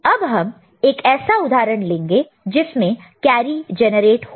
अब हम एक ऐसा उदाहरण लेंगे जिसमें कैरी जनरेट होगा